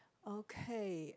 okay